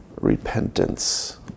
repentance